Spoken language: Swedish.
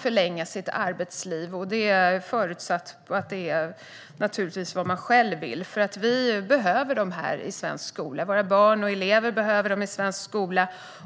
förlänga sitt arbetsliv, naturligtvis förutsatt att det är vad man själv vill. Vi behöver dem i svensk skola. Våra barn och elever behöver dem i svensk skola.